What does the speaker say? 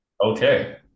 Okay